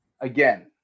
Again